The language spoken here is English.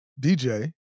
DJ